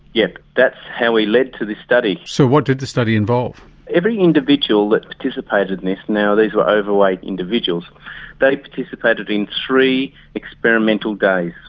yeah how we led to this study. so what did the study involve? every individual that participated in this now these were overweight individuals they participated in three experimental days.